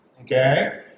Okay